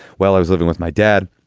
well, i was living with my dad.